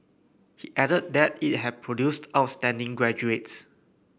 he added that it had produced outstanding graduates